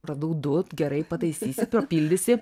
radau du gerai pataisysi papildysi